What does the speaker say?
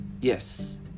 yes